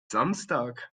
samstag